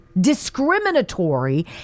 discriminatory